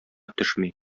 төшми